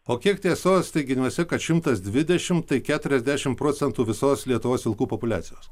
o kiek tiesos teiginiuose kad šimtas dvidešimt tai keturiasdešimt procentų visos lietuvos vilkų populiacijos